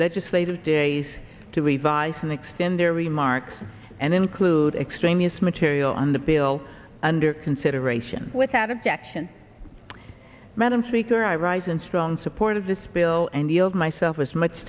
legislative days to revise and extend their remarks and include extraneous material on the bill under consideration without objection madam speaker i rise in strong support of this bill and yield myself as much